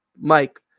Mike